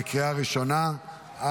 בקריאה הראשונה.